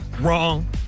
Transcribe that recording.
Wrong